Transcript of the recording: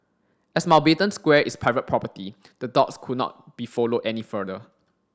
as Mountbatten Square is private property the dogs could not be followed any further